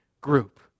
group